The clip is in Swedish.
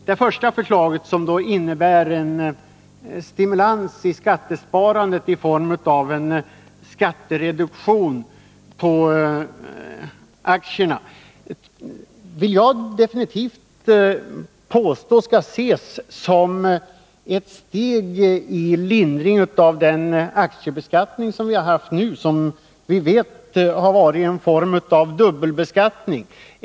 Det första förslaget, som innebär en stimulans av skattesparandet i form av en skattereduktion på aktierna, vill jag definitivt påstå skall ses som ett steg mot en lindring av den aktiebeskattning vi haft nu och som har varit en form av dubbelbeskattning.